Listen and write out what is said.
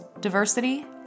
diversity